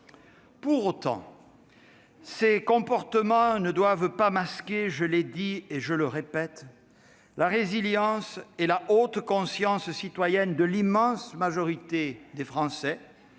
Pour autant, ces comportements ne doivent pas masquer, je l'ai dit et je le répète, la résilience et la haute conscience citoyenne de l'immense majorité des Français,